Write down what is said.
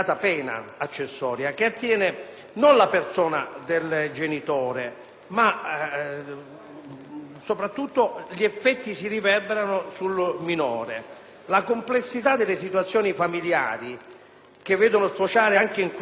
soprattutto agli effetti che si riverberano sul minore: la complessità delle situazioni familiari, che vedo sfociare anche in questo comportamento sanzionato, è tale da imporre una valutazione complessiva molto attenta.